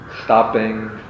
stopping